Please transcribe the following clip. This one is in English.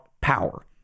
power